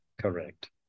Correct